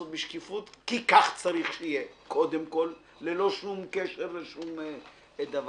כי כך צריך שיהיה קודם כל וללא שום קשר לשום דבר.